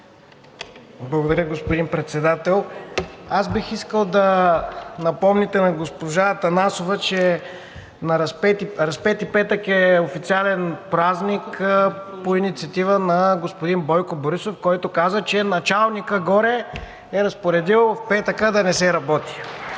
Благодаря, господин Председател. Аз бих искал да напомните на госпожа Атанасова, че Разпети петък е официален празник по инициатива на господин Бойко Борисов, който каза, че началникът горе е разпоредил в петъка да не се работи.